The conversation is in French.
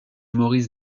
maurice